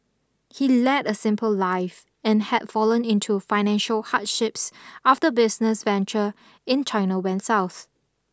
he led a simple life and had fallen into financial hardships after business venture in China went south